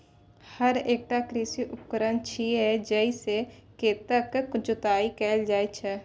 हर एकटा कृषि उपकरण छियै, जइ से खेतक जोताइ कैल जाइ छै